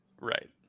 Right